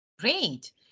Great